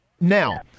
Now